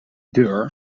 deur